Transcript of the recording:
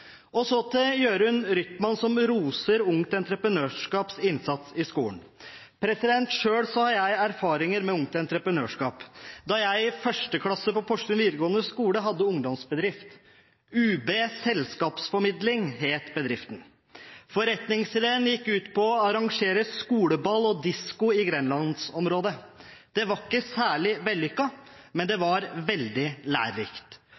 roser Ungt Entreprenørskaps innsats i skolen. Selv har jeg erfaringer med Ungt Entreprenørskap fra da jeg i første klasse på Porsgrunn videregående skole hadde ungdomsbedrift. UB selskapsformidling het bedriften. Forretningsideen gikk ut på å arrangere skoleball og disko i grenlandsområdet. Det var ikke særlig vellykket, men det var veldig lærerikt.